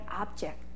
object